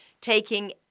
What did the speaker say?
taking